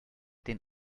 den